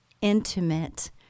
intimate